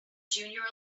junior